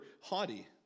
haughty